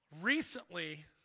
Recently